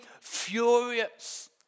furious